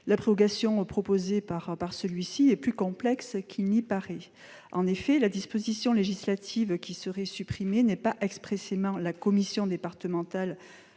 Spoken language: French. qu'il est proposé d'opérer est plus complexe qu'il n'y paraît. En effet, la disposition législative qui serait supprimée ne vise pas expressément la commission départementale